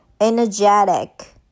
energetic